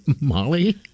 Molly